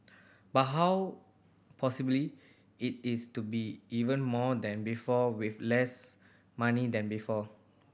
but how possibly it is to be even more than before with less money than before